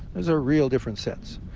those are real different sets.